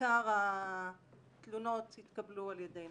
עיקר התלונות התקבלו על ידי נשים.